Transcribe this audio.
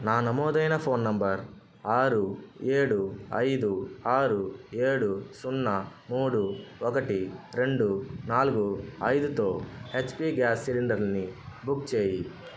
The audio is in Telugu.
నా నమోదైన ఫోన్ నెంబర్ ఆరు ఏడు ఐదు ఆరు ఏడు సున్నా మూడు ఒకటి రెండు నాలుగు ఐదుతో హెచ్పి గ్యాస్ సిలిండర్ని బుక్ చేయి